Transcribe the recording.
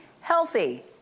Healthy